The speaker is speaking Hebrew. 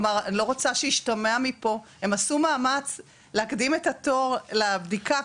הם עשו מאמץ להקדים את התור לבדיקה.